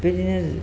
बिदिनो